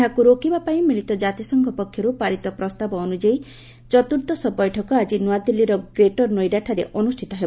ଏହାକୁ ରୋକିବାପାଇଁ ମିଳିତ କାତିସଂଘ ପକ୍ଷରୁ ପାରିତ ପ୍ରସ୍ତାବ ଅନୁଯାୟୀ ଚତ୍ର୍ଦ୍ଦଶ ବୈଠକ ଆଳି ନ୍ତଆଦିଲ୍ଲୀର ଗ୍ରେଟର୍ ନୋଇଡ଼ାରେ ଅନ୍ରଷ୍ଠିତ ହେବ